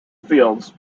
fields